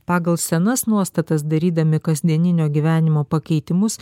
pagal senas nuostatas darydami kasdieninio gyvenimo pakeitimus